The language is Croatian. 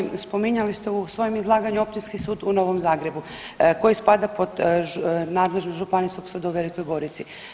Poštovani spominjali ste u svojem izlaganju Općinski sud u Novom Zagrebu koji spada pod nadležnost Županijskog suda u Velikoj Gorici.